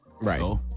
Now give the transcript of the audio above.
Right